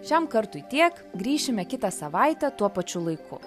šiam kartui tiek grįšime kitą savaitę tuo pačiu laiku